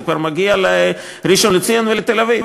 זה כבר מגיע לראשון-לציון ולתל-אביב,